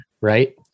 right